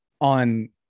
on